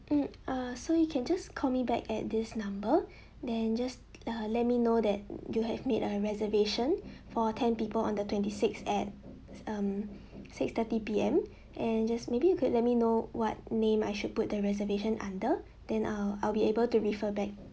hmm uh so you can just call me back at this number then just uh let me know that you have made a reservation for ten people on the twenty sixth at um six thirty P_M and just maybe you could let me know what name I should put the reservation under then I'll I'll be able to refer back